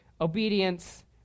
Obedience